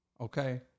Okay